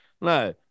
No